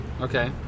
Okay